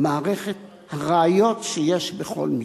מערכת ראיות שיש בכל מקרה.